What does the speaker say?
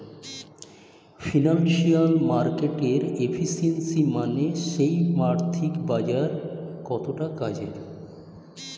financial মার্কেটের efficiency মানে সেই আর্থিক বাজার কতটা কাজের